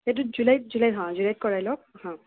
সেইটো জুলাইত জুলাইত হা জুলাইত কৰাই লওঁক হা